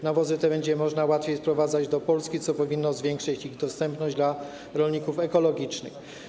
Nawozy te będzie można łatwiej sprowadzać do Polski, co powinno zwiększyć ich dostępność dla rolników ekologicznych.